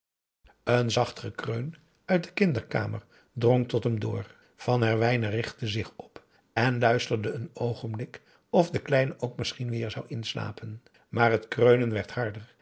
een zacht gekreun uit de kinderkamer drong tot hem door van herwijnen richtte zich op en luisterde een oogenblik of de kleine ook misschien weêr zou inslapen maar het kreunen